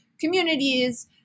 communities